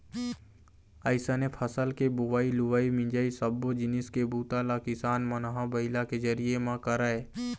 अइसने फसल के बोवई, लुवई, मिंजई सब्बो जिनिस के बूता ल किसान मन ह बइला के जरिए म करय